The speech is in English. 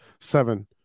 seven